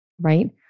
Right